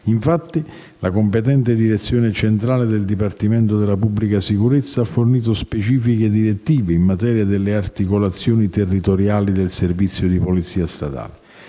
Infatti, la competente direzione centrale del Dipartimento della pubblica sicurezza ha fornito specifiche direttive in materia alle articolazioni territoriali del servizio di polizia stradale.